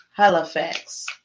Halifax